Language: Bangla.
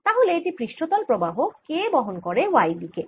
তাহলে এটি পৃষ্ঠতল প্রবাহ K বহন করে y দিকে